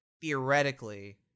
theoretically